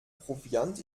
proviant